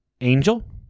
Angel